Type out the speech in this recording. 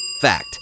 Fact